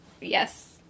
Yes